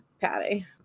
Patty